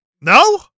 No